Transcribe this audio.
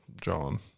John